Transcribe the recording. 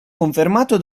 confermato